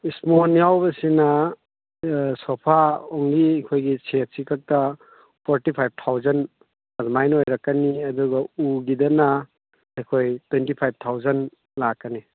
sponge ꯌꯥꯎꯕꯁꯤꯅ sofa ꯑꯣꯡꯂꯤ ꯑꯩꯈꯣꯏꯒꯤ ꯁꯦꯠꯁꯤꯈꯛꯇ ꯐꯣꯔꯇꯤ ꯐꯥꯏꯞ ꯊꯥꯎꯖꯟ ꯑꯗꯨꯃꯥꯏꯅ ꯑꯣꯏꯔꯛꯀꯅꯤ ꯑꯗꯨꯒ ꯎꯒꯤꯗꯅ ꯑꯩꯈꯣꯏ ꯇ꯭ꯋꯦꯟꯇꯤ ꯐꯥꯏꯞ ꯊꯥꯎꯖꯟ ꯂꯥꯛꯀꯅꯤ